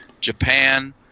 Japan